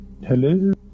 hello